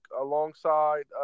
alongside